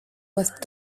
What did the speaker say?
with